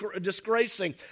disgracing